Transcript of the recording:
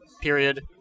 period